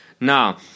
now